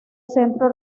centro